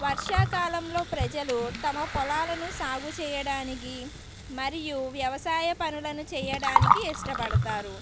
వర్షాకాలంలో ప్రజలు తమ పొలాలను సాగుచేయడానికి మరియు వ్యవసాయ పనులను చెయ్యడానికి ఇష్టపడతారు